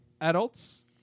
adults